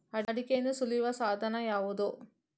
ಅಡಿಕೆಯನ್ನು ಸುಲಿಯುವ ಸಾಧನ ಯಾವುದು?